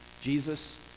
Jesus